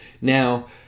now